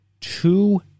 two